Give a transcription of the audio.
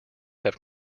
have